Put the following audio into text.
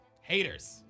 Haters